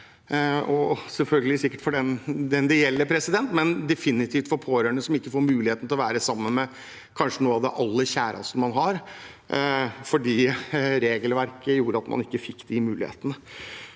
og selvfølgelig sikkert for den det gjelder – definitivt for pårørende som ikke får mulighet til å være sammen med kanskje en av de aller kjæreste de har. Regelverket gjorde at man ikke fikk den muligheten.